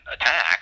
attacks